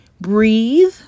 breathe